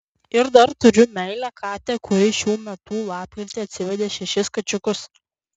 ir dar turiu meilią katę kuri šių metų lapkritį atsivedė šešis kačiukus